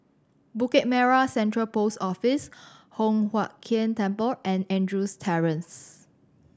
Bukit Merah Central Post Office Hock Huat Keng Temple and Andrews Terrace